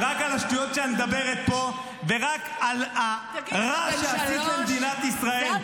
רק על השטויות שאת מדברת פה ורק על הרע שעשית למדינת ישראל.